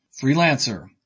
Freelancer